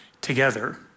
together